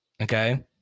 Okay